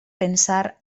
pensar